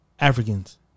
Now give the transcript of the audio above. Africans